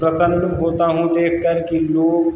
प्रसन्न होता हूँ देख कर कि लोग